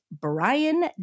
Brian